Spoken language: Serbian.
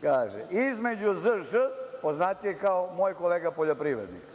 kaže između ZŽ, poznatijeg kao moj kolega poljoprivrednik,